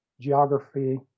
geography